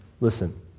Listen